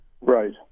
Right